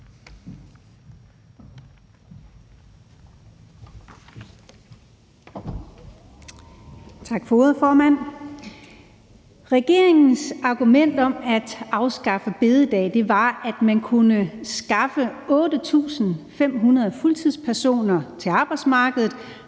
Regeringens argument om at afskaffe store bededag var, at man kunne skaffe 8.500 fuldtidsarbejdspladser til arbejdsmarkedet